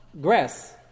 grass